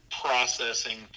processing